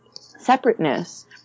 separateness